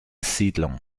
siedlung